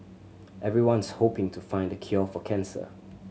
everyone's hoping to find the cure for cancer